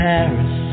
Paris